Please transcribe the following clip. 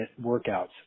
workouts